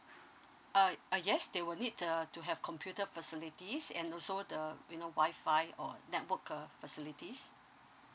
uh uh yes they will need uh to have computer facilities and also the you know WIFI or network uh facilities